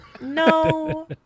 No